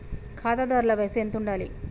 ఖాతాదారుల వయసు ఎంతుండాలి?